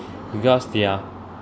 because they're